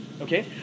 okay